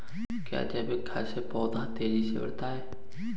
क्या जैविक खाद से पौधा तेजी से बढ़ता है?